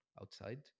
outside